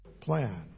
plan